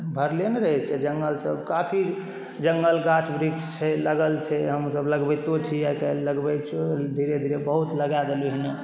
भरले ने रहै छै जंगल सब काफी जंगल गाछ वृक्ष छै लागल छै हमसब लगबैतो छी आइकाल्हि लगबै छी धीरे धीरे बहुत लगाय देलहुॅं हन